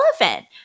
elephant